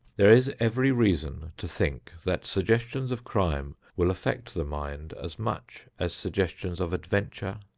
there is every reason to think that suggestions of crime will affect the mind as much as suggestions of adventure,